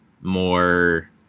more